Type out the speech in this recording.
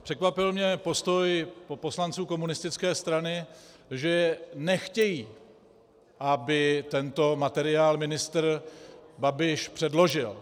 Překvapil mě postoj poslanců komunistické strany, že nechtějí, aby tento materiál ministr Babiš předložil.